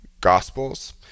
Gospels